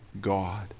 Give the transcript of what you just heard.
God